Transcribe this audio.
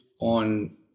on